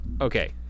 Okay